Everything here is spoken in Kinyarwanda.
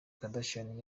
kardashian